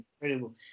incredible